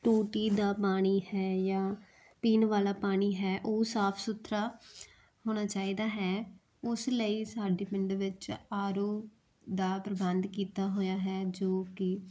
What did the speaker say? ਟੂਟੀ ਦਾ ਪਾਣੀ ਹੈ ਜਾਂ ਪੀਣ ਵਾਲਾ ਪਾਣੀ ਹੈ ਉਹ ਸਾਫ਼ ਸੁਥਰਾ ਹੋਣਾ ਚਾਹੀਦਾ ਹੈ ਉਸ ਲਈ ਸਾਡੇ ਪਿੰਡ ਵਿੱਚ ਆਰ ਓ ਦਾ ਪ੍ਰਬੰਧ ਕੀਤਾ ਹੋਇਆ ਹੈ ਜੋ ਕਿ